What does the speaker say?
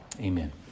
amen